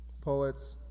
poets